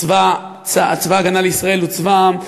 צבא ההגנה לישראל הוא צבא העם,